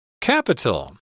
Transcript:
Capital